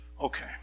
Okay